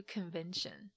Convention